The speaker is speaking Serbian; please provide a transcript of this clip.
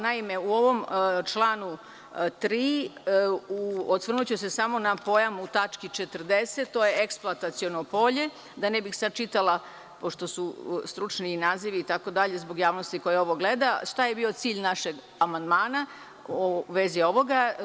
Naime, u ovom članu 3. osvrnuću se samo na pojam u tački 40. to je eksploataciono polje, da ne bih sada čitala, pošto su stručni nazivi itd. zbog javnosti, koja ovo gleda, šta je bio cilj našeg amandmana u vezi ovoga.